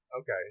Okay